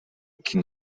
qui